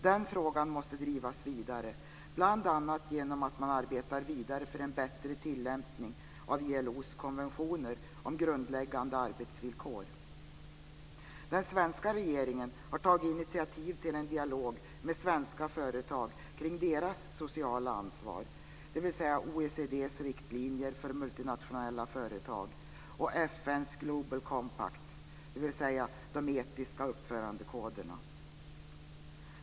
Den frågan måste drivas vidare, bl.a. genom att man arbetar vidare för en bättre tilllämpning av ILO:s konventioner om grundläggande arbetsvillkor. Den svenska regeringen har tagit initiativ till en dialog med svenska företag kring deras sociala ansvar. Det gäller OECD:s riktlinjer för multinationella företag och FN:s Global Compact, dvs. de etiska uppförandekoderna.